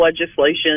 legislation